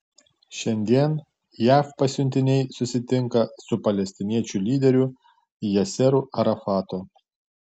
šiandien jav pasiuntiniai susitinka su palestiniečių lyderiu yasseru arafatu